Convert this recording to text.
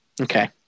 Okay